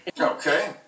okay